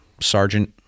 Sergeant